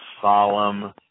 solemn